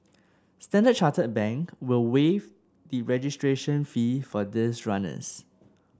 Standard Chartered Bank will waive the registration fee for these runners